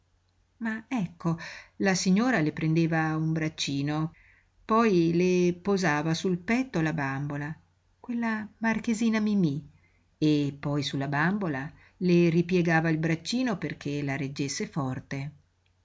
ma ecco la signora le prendeva un braccino poi le posava sul petto la bambola quella marchesina mimí e poi sulla bambola le ripiegava il braccino perché la reggesse forte